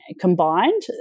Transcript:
combined